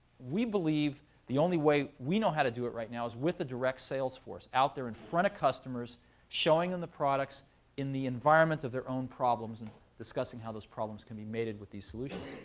we believe the only way we know how to do it right now is with the direct sales force, out there in front of customers showing them and the products in the environment of their own problems, and discussing how those problems can be mated with these solutions.